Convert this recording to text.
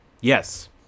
yes